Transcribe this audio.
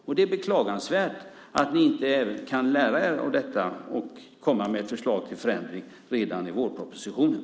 Det är beklagansvärt att ni inte kan lära er av detta och komma med ett förslag till förändring redan i vårpropositionen.